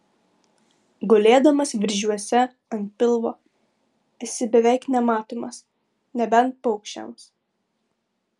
gulėdamas viržiuose ant pilvo esi beveik nematomas nebent paukščiams